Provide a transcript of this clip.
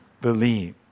believe